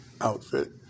outfit